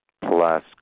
plus